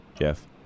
Jeff